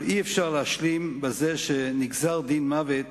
אבל אי-אפשר להשלים בזה שנגזר דין מוות